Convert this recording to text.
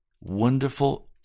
wonderful